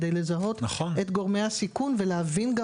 כדי לזהות את גורמי הסיכון ולהבין גם